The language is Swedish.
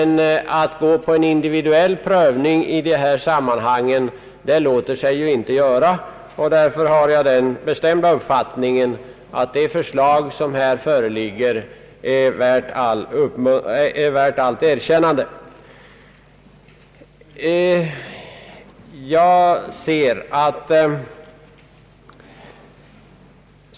Att genomföra en individuell prövning i detta sammanhang är emellertid inte möjligt, och därför har jag den bestämda upp fattningen att det förslag som här föreligger är värt allt erkännande.